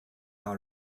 how